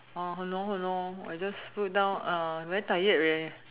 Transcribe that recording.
!han norh! !han norh!I just put down ah very tired leh